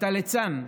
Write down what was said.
אתה ליצן.